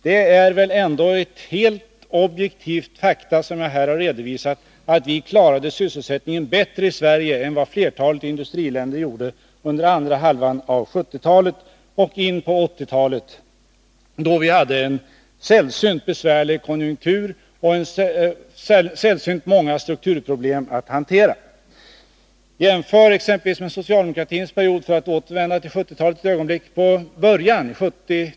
Det är väl ändå helt objektiva fakta som jag här har redovisat. Vi i Sverige klarade alltså sysselsättningen bättre än vad flertalet industriländer gjorde under andra hälften av 1970-talet och en bit in på 1980-talet, då det var en sällsynt besvärlig konjunktur och sällsynt många strukturproblem att hantera. Jämför exempelvis med socialdemokratins period -— för att återvända till början av 1970-talet för ett ögonblick.